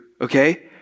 okay